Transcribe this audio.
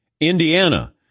Indiana